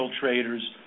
traders